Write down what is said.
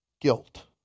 Guilt